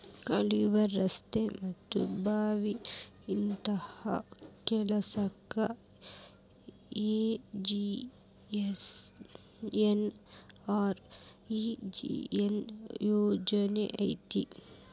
ಕಾಲ್ವೆ, ರಸ್ತೆ ಮತ್ತ ಬಾವಿ ಇಂತ ಕೆಲ್ಸಕ್ಕ ಎಂ.ಜಿ.ಎನ್.ಆರ್.ಇ.ಜಿ.ಎ ಯೋಜನಾ ಐತಿ